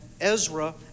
Ezra